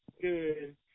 Good